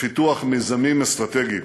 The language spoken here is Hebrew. בפיתוח מיזמים אסטרטגיים.